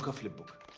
ah flip book,